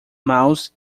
mouse